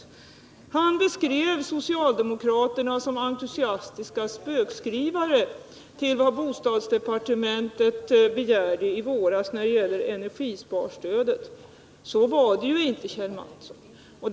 Kjell Mattsson beskrev socialdemokraterna som entusiastiska spökskrivare till bostadsdepartementet när det gällde departementets förslag i våras i fråga om energisparstödet. Så var det ju inte, Kjell Mattsson.